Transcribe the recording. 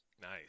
Nice